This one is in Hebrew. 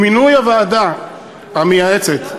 עם מינוי הוועדה המייעצת,